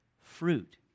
fruit